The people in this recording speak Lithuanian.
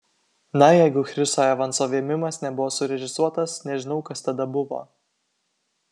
na jeigu chriso evanso vėmimas nebuvo surežisuotas nežinau kas tada buvo